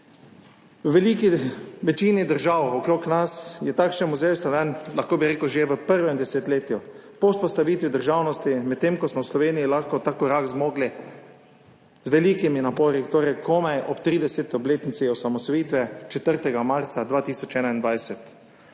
V veliki večini držav okrog nas je takšen muzej ustanovljen že v prvem desetletju po vzpostavitvi državnosti, medtem ko smo v Sloveniji lahko ta korak zmogli z velikimi napori komaj ob 30. obletnici osamosvojitve 4. marca 2021.